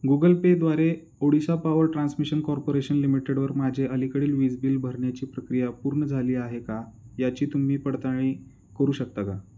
Google पेद्वारे Odisha power transmission corporation लिमिटेडवर माझे अलीकडील वीज बिल भरण्याची प्रक्रिया पूर्ण झाली आहे का याची तुम्ही पडताळणी करू शकता का